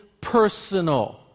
personal